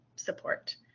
Support